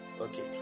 Okay